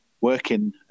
working